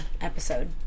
episode